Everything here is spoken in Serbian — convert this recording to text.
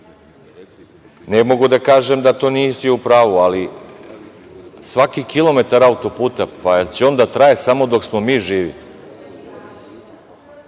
Ne mogu da kaže da to nisi u pravu, ali svaki kilometar auto-puta. Da li će on da traje samo dok smo mi živi?